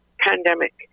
pandemic